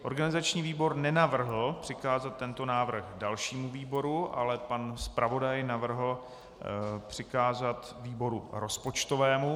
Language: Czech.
Organizační výbor nenavrhl přikázat tento návrh dalšímu výboru, ale pan zpravodaj navrhl přikázat výboru rozpočtovému.